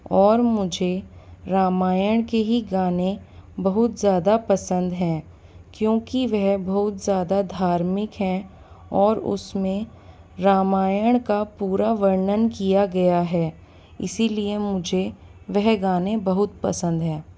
और मुझे रामायण के ही गाने बहुत ज़्यादा पसंद हैं क्योंकि वह बहुत ज़्यादा धार्मिक हैं और उसमें रामायण का पूरा वर्णन किया गाया है इसलिए मुझे वह गाने बहुत पसंद हैं